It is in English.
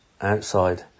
outside